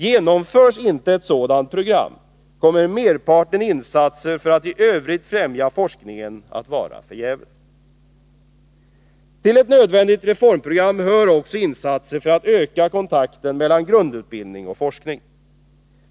Genomförs inte ett sådant program kommer merparten insatser för att i övrigt främja forskningen att vara förgäves. Till ett nödvändigt reformprogram hör också insatser för att öka kontakten mellan grundutbildning och forskning.